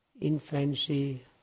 infancy